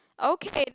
okay